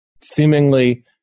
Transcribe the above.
seemingly